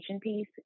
piece